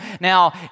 Now